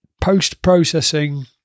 post-processing